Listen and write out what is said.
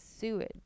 sewage